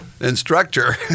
Instructor